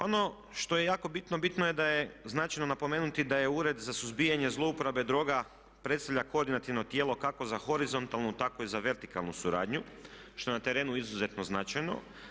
Ono što je jako bitno, bitno je da je značajno napomenuti da je Ured za suzbijanje zlouporabe droga predstavlja koordinativno tijelo kako za horizontalnu tako i za vertikalnu suradnju što je na terenu izuzetno značajno.